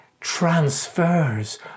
transfers